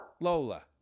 Lola